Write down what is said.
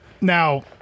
Now